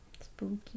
Spooky